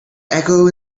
echo